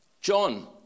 John